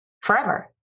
forever